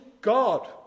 God